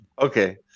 Okay